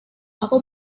aku